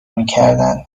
میکردند